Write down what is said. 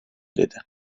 dedi